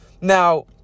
Now